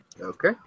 Okay